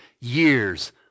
years